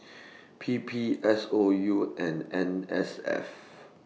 P P S O U and N S F